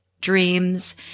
dreams